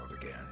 again